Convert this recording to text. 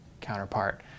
counterpart